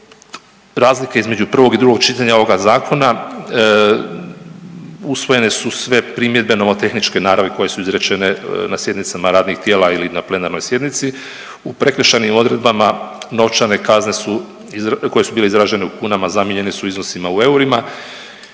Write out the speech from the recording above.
razlike između prvog i drugog čitanja ovoga zakona usvojene su sve primjedbe nomotehničke naravi koje su izrečene na sjednicama radnih tijela ili na plenarnoj sjednici. U prekršajnim odredbama novčane kazne su izra…, koje su bile izražene u kunama zamijenjene su iznosima u eurima,